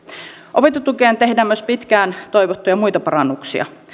opintotukeen tehdään myös pitkään toivottuja muita parannuksia